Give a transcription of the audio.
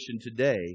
today